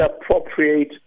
appropriate